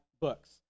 books